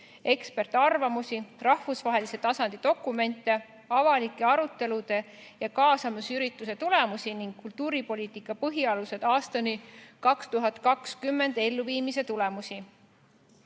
eksperdiarvamusi, rahvusvahelise tasandi dokumente, avalike arutelude ja kaasamisürituse tulemusi ning "Kultuuripoliitika põhialused aastani 2020" elluviimise tulemusi.